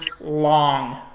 long